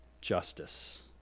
justice